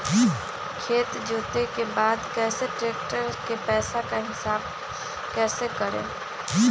खेत जोते के बाद कैसे ट्रैक्टर के पैसा का हिसाब कैसे करें?